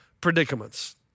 predicaments